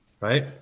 right